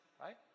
right